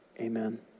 Amen